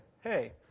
Hey